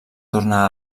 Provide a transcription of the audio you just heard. torna